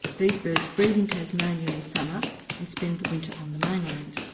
these birds breed in tasmania in summer and spend the winter on the mainland.